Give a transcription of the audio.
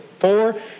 four